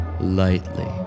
lightly